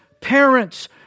parents